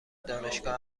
دانشگاه